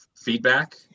feedback